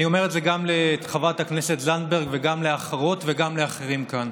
אני אומר את זה גם לחברת הכנסת זנדברג וגם לאחרות וגם לאחרים כאן: